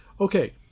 okay